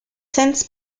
since